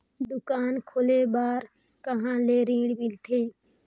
दुकान खोले बार कहा ले ऋण मिलथे?